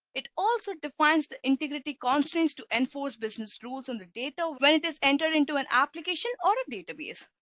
it also defines the integrity constraints to enforce business rules on the data when it is enter into an application or a database.